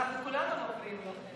אנחנו כולנו מפריעים לכם.